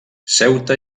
ceuta